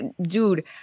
dude